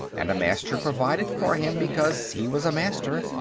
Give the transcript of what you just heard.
and a master provided for him because he was a master,